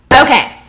okay